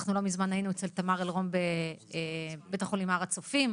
אנחנו לא מזמן היינו אצל תמר אלרם בבית החולים הר הצופים,